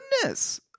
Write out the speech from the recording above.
goodness